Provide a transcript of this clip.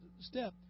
step